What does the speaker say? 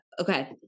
Okay